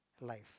life